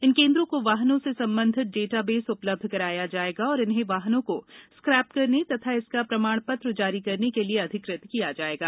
इन केंद्रों को वाहनों से संबंधित डेटाबेस उपलब्ध कराया जाएगा और इन्हें वाहनों को स्क्रैप करने तथा इसका प्रमाणपत्र जारी करने के लिए अधिकृत किया जाएगा